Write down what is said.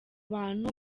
bantu